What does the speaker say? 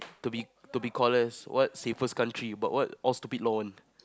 to be to be call us what safest country but what all stupid law one